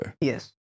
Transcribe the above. Yes